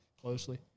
closely